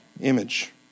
image